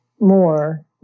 more